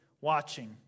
watching